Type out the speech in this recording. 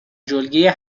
جلگه